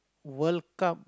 World-Cup